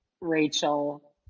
Rachel